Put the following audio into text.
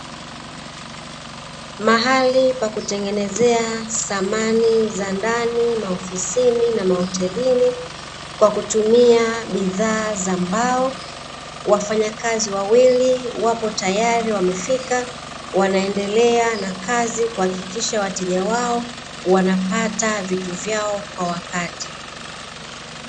Mahali pa kutengenezea samani za ndani, maofisini na mahotelini kwa kutumia bidhaa za mbao wafanyakazi wawili wapo tayari wamefika wanaendelea na kazi kuhakikisha wateja wao wanapata vitu vyao kwa wakati.